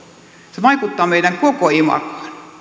se vaikuttaa koko meidän imagoomme